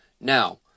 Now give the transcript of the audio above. Now